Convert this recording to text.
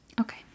Okay